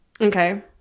Okay